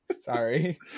Sorry